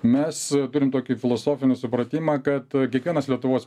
mes turim tokį filosofinį supratimą kad kiekvienas lietuvos